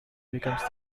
becomes